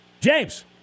James